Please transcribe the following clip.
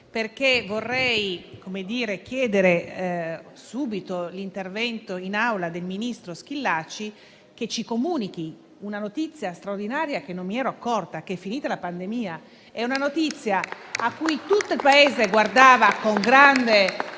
perché vorrei chiedere subito l'intervento in Aula del ministro Schillaci, affinché ci comunichi una notizia straordinaria di cui non mi ero accorta, cioè che è finita la pandemia. È una notizia a cui tutto il Paese guardava con grande